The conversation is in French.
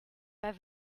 pas